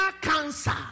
cancer